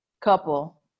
couple